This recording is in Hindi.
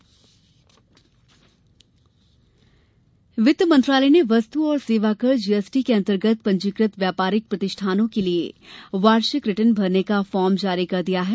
जीएसटी रिटर्न वित्त मंत्रालय ने वस्त और सेवाकर जीएसटी के अंतर्गत पंजीकृत व्यापारिक प्रतिष्ठानों के लिए वार्षिक रिटर्न भरने का फॉर्म जारी कर दिया है